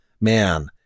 man